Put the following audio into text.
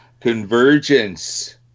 Convergence